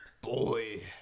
boy